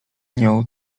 nią